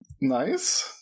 Nice